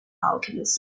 alchemist